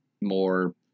more